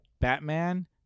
Batman